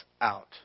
out